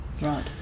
Right